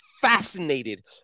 fascinated